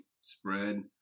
spread